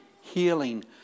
healing